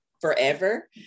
forever